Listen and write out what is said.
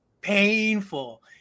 painful